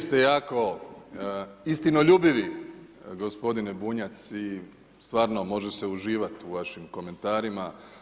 Uvijek ste jako istinoljubivi gospodine Bunjac i stvarno može se uživat u vašim komentarima.